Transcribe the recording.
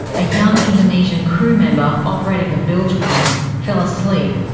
a young indonesian crewmember operating the bilge pump fell asleep.